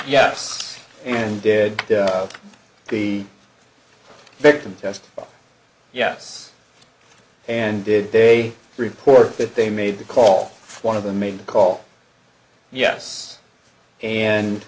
yes and did the victim test yes and did they report that they made the call one of them made the call yes and